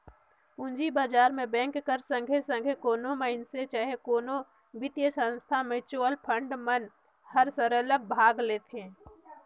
पूंजी बजार में बेंक कर संघे संघे कोनो मइनसे चहे कोनो बित्तीय संस्था, म्युचुअल फंड मन हर सरलग भाग लेथे